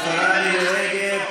השרה מירי רגב,